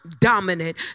dominant